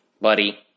buddy